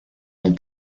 del